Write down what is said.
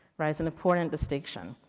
right. it's an important distinct. and